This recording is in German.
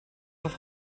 auf